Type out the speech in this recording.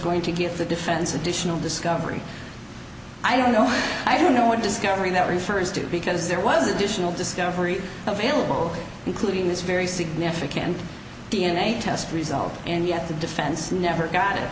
going to give the defense additional discovery i don't know i don't know what discovery that refers to because there was additional discovery available including this very significant d n a test result and yet the defense never got